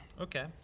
Okay